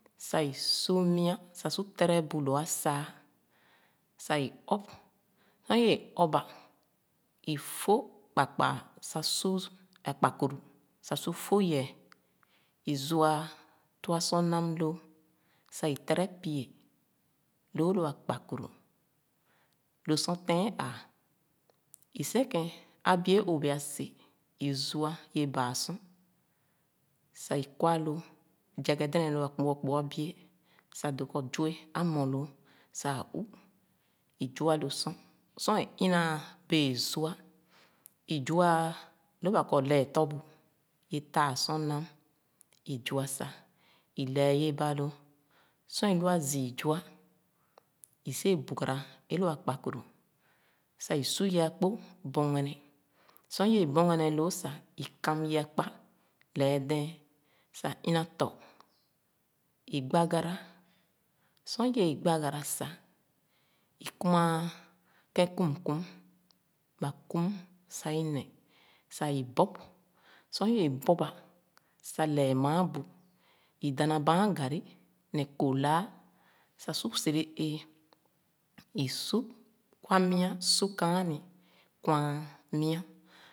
Sah i su mia sah su tere bu lō asāā sah i ɔp. Sor i’ēē ɔba, i fōh kpakpaa sah su akpakuru sah su fōh yɛɛ. I zu’a tua sor nam lōō, sah i tere pie lōō lō akpukuru. Lo sor tɛɛn aa, i sikēn, abi’e o’bea si, izua ye baa sor sah i kwa lōō, zɛgɛ yebē lō akpo-akpo abie sah dōō zu’e amor lōō sah ā u̱. I zua lo sor, sor é inaa bēē zha, i zaa lōō ba kɔ lɛɛ tɔ bu, ye taa sor nam, i zua sah, i lɛɛ ye ba lōō. Sor élua zii zua, i si’ wēē bugara é lōō ā akpakuru sah, i su ye akpo bɔgɛnɛ. Sor i’e bɔgɛhɛ lōō sah, i kam ye’a akpa lɛɛ dɛ̄ɛ̄n sah ina tɔ, i gbagara. Sor i’ēe gbagara sah i kumāā kēn kümküm. Ba küm sah i neh sah i bɔb. Sor l’ēē bɔba sah lɛɛ māā bu, i dana bāān garri ne kō laah sah su sere éé. I su, kwa mia, su kāāni, kwaan onia